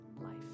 life